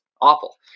awful